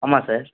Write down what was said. ஆமாம் சார்